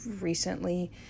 recently